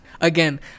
Again